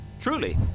Truly